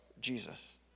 Jesus